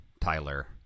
Tyler